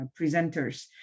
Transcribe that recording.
presenters